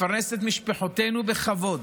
לפרנס את משפחותינו בכבוד.